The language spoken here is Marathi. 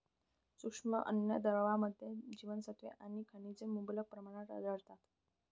सूक्ष्म अन्नद्रव्यांमध्ये जीवनसत्त्वे आणि खनिजे मुबलक प्रमाणात आढळतात